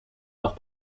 mag